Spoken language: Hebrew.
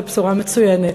זו בשורה מצוינת.